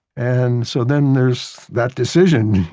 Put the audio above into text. and so then there's that decision,